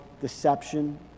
deception